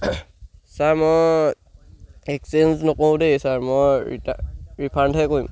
sir মই exchange নকৰো দেই ছাৰ মই ৰিটা ৰিফাণ্ডহে কৰিম